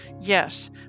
Yes